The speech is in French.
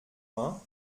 vingt